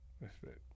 respect